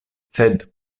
sed